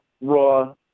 Raw